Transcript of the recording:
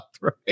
right